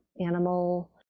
animal